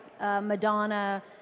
Madonna